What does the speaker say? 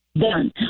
Done